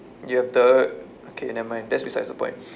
you have the okay never mind that's besides the point